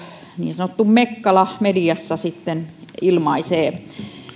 niin sanottu mekkala mediassa sitten ilmaisee